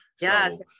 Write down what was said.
Yes